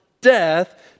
death